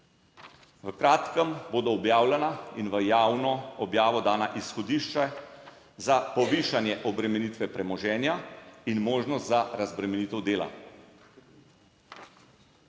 V kratkem bodo objavljena in v javno objavo dana izhodišča za povišanje obremenitve premoženja in možnost za razbremenitev dela.